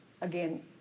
again